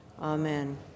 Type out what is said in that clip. amen